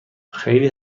خیلی